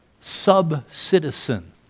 sub-citizen